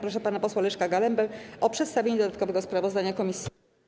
Proszę pana posła Leszka Galembę o przedstawienie dodatkowego sprawozdania komisji.